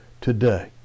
today